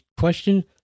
question